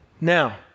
Now